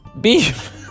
Beef